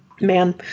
man